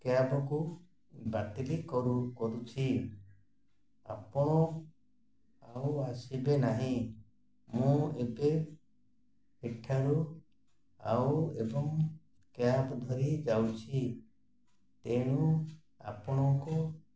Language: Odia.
କ୍ୟାବ୍କୁ ବାତିଲି କରୁ କରୁଛି ଆପଣ ଆଉ ଆସିବେ ନାହିଁ ମୁଁ ଏବେ ଏଠାରୁ ଆଉ ଏବଂ କ୍ୟାବ୍ ଧରି ଯାଉଛି ତେଣୁ ଆପଣଙ୍କୁ